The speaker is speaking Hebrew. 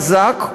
חזק,